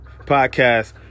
podcast